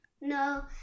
No